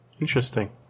interesting